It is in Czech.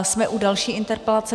Jsme u další interpelace.